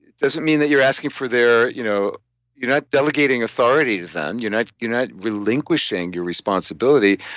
doesn't mean that you're asking for their. you know you're not delegating authority to them, you're not you're not relinquishing your responsibility,